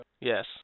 Yes